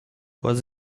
was